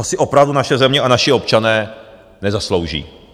To si opravdu naše země a naši občané nezaslouží.